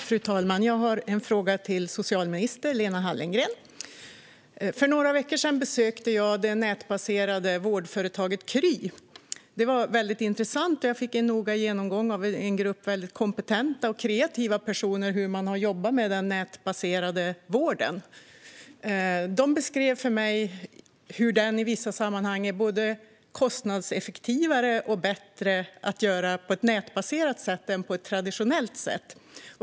Fru talman! Jag har en fråga till socialminister Lena Hallengren. För några veckor sedan besökte jag det nätbaserade vårdföretaget Kry. Det var väldigt intressant. Jag fick av en grupp mycket kompetenta och kreativa personer en noggrann genomgång av hur man har jobbat med den nätbaserade vården. De beskrev för mig hur vården i vissa sammanhang är både kostnadseffektivare och bättre när den bedrivs på ett nätbaserat sätt än på ett traditionellt sätt.